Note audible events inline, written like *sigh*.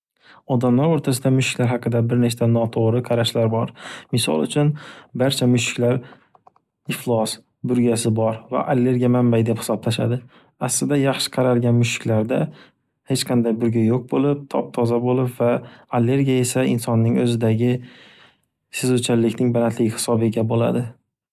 Odamlar o'rtasida mushiklar haqida bir nechta noto'g'ri qarashlar bor. Misol uchun, barcha mushiklar, *noise* iflos, burgasi bor va allergiya manbayi deb hisoblashadi. Aslida yaxshi qaralgan mushiklarda hech qanday burga yo'q bo'lib, top-toza bo'lib va allergiya esa insonning o'zidagi sezuvchanlikning balandligi hisobiga bo'ladi.